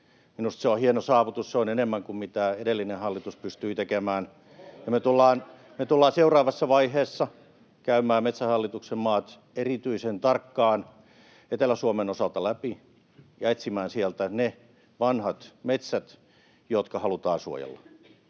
Minusta se on hieno saavutus, ja se on enemmän kuin mitä edellinen hallitus pystyi tekemään. [Perussuomalaisten ryhmästä: Juuri näin! — Välihuutoja] Me tullaan seuraavassa vaiheessa käymään Metsähallituksen maat erityisen tarkkaan Etelä-Suomen osalta läpi ja etsimään sieltä ne vanhat metsät, jotka halutaan suojella,